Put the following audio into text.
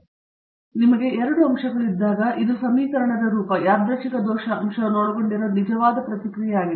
ಆದ್ದರಿಂದ ನಿಮಗೆ 2 ಅಂಶಗಳು ಇದ್ದಾಗ ಇದು ಸಮೀಕರಣದ ರೂಪ ಯಾದೃಚ್ಛಿಕ ದೋಷ ಅಂಶವನ್ನು ಒಳಗೊಂಡಿರುವ ನಿಜವಾದ ಪ್ರತಿಕ್ರಿಯೆಯಾಗಿದೆ